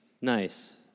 Nice